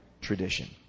tradition